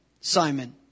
Simon